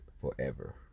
forever